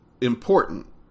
important